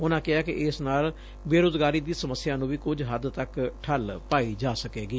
ਉਨੂਾਂ ਕਿਹਾ ਕਿ ਇਸ ਨਾਲ ਬੇਰੁਜ਼ਗਾਰੀ ਦੀ ਸਮੱਸਿਆ ਨੁੰ ਵੀ ਕੁਝ ਹੱਦ ਤੱਕ ਠੱਲ ਪਾਈ ਜਾ ਸਕੇਗੀ